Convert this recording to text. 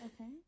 Okay